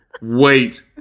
Wait